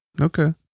Okay